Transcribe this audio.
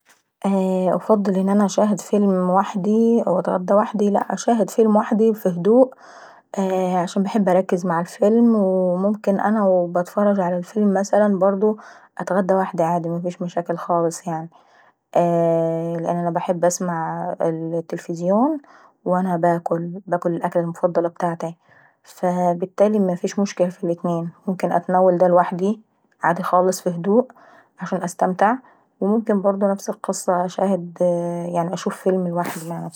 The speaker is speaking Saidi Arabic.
افضل ان انا نشاهد فيلم وحداي ونتغدا وحداي؟ لاء انشاهد فيلم وحدي في هدوء عشان نحب نركز مع الفيلم وممكن انا وبتفرج ع الفيلم برضه نتغدى وحدي برضو مفيش مشاكل.. لان انا باحب نسمع التليفزون وانا عناكل وناكل الوكلة المفضلة ابتاعتاي، بالتالي مفيش ف الاتنين ممكن نتناول دا لوحدي في هدوء عشان نستمتع ومكن نتفرج ع فبلم وحدي مع نفساي.